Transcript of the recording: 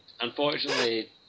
Unfortunately